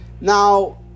Now